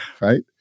right